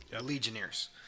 legionnaires